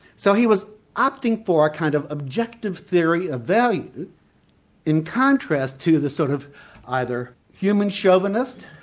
so he was opting for a kind of objective theory of value in contrast to the sort of either human chauvinist,